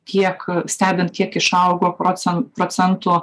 tiek stebint kiek išaugo procen procentų